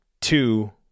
two